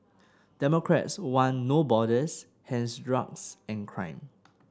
democrats want No Borders hence drugs and crime